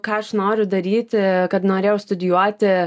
ką aš noriu daryti kad norėjau studijuoti